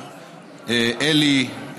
אלי,